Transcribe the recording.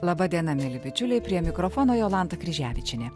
laba diena mieli bičiuliai prie mikrofono jolanta kryževičienė